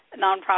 nonprofit